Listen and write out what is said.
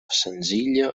senzilla